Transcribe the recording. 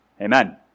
Amen